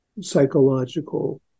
Psychological